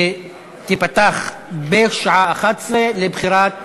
תיפתח, בשעה 11:00 לבחירת